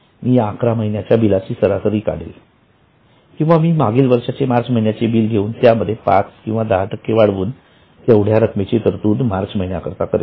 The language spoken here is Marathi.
मी या अकरा महिन्याच्या बिलाची सरासरी काढेल किंवा मी मागील वर्षाचे मार्च महिन्याचे बिल घेऊन त्यामध्ये पाच किंवा दहा टक्के वाढवून तेवढ्या रकमेची तरतूद मार्च महिन्याकरता करेल